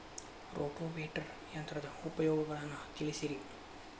rotavator ಯಂತ್ರದ ಉಪಯೋಗಗಳನ್ನ ತಿಳಿಸಿರಿ